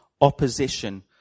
Opposition